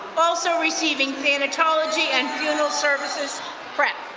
also receiving thanatology and funeral services prep.